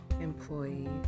employees